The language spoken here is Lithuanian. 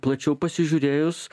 plačiau pasižiūrėjus